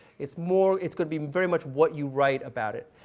it's more it's going to be very much what you write about it.